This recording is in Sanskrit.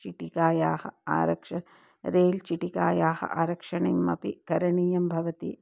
चिटिकायाः आरक्षणं रेल् चिटिकायाः आरक्षणम् अपि करणीयं भवति